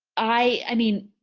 i mean,